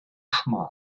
schmal